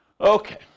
Okay